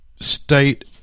state